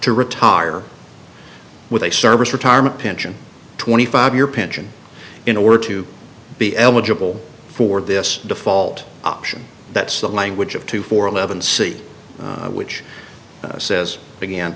to retire with a service retirement pension twenty five your pension in order to be eligible for this default option that's the language of two four eleven see which says again